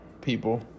people